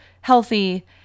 healthy